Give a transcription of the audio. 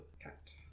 cat